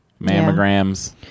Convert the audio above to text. mammograms